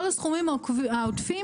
כל הסכומים העודפים,